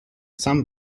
some